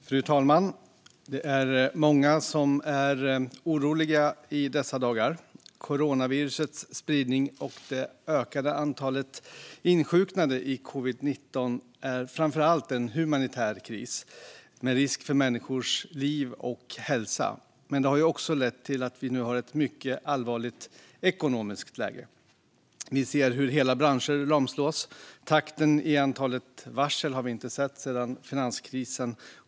Fru talman! Det är många som är oroliga i dessa dagar. Coronavirusets spridning och det ökade antalet insjuknade i covid-19 är framför allt en humanitär kris, med risk för människors liv och hälsa, men det har också lett till att vi nu har ett mycket allvarligt ekonomiskt läge. Vi ser hur hela branscher lamslås, och vi har inte sett en sådan takt i antalet varsel sedan finanskrisen.